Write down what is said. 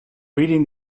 reading